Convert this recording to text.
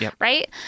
right